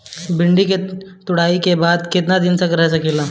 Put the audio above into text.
भिन्डी तुड़ायी के बाद क दिन रही सकेला?